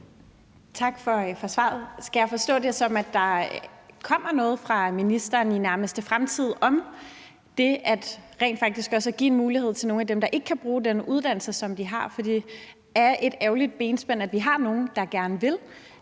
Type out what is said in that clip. Tak for svaret. Skal jeg forstå det sådan, at der kommer noget fra ministeren i den nærmeste fremtid om rent faktisk også at give en mulighed til nogle af dem, der ikke kan bruge den uddannelse, som de har? For det er et ærgerligt benspænd, at vi har nogle, der gerne vil,